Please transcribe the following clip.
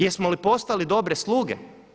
Jesmo li postali dobre sluge?